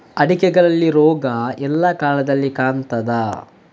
ಅಡಿಕೆಯಲ್ಲಿ ರೋಗ ಎಲ್ಲಾ ಕಾಲದಲ್ಲಿ ಕಾಣ್ತದ?